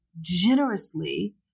generously